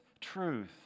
truth